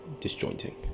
disjointing